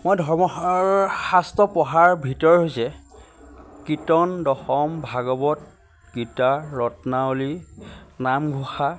মই ধৰ্ম শাস্ত্ৰ পঢ়াৰ ভিতৰত হৈছে কীৰ্তন দশম ভাগৱত গীতা ৰত্নাৱলী নামঘোষা